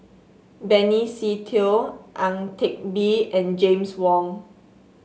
Benny Se Teo Ang Teck Bee and James Wong